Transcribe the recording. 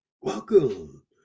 Welcome